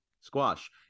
squash